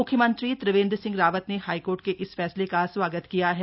म्ख्यमंत्री त्रिवेंद्र सिंह रावत ने हाईकोर्ट के इस फैसले का स्वागत किया है